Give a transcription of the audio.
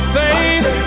faith